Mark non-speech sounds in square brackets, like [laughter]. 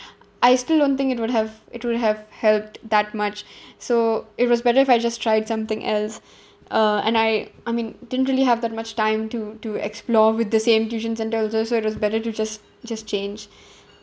[breath] I still don't think it would have it will have helped that much [breath] so it was better if I just tried something else [breath] uh and I I mean didn't really have that much time to to explore with the same tuition centre also so it was better to just just change [breath]